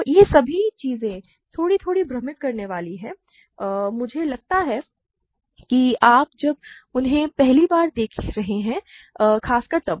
तो ये सभी चीजें थोड़ी भ्रमित करने वाली हैं मुझे लगता है और जब आप उन्हें पहली बार देख रहे हैं खासकर तब